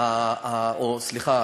סליחה,